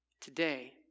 today